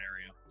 area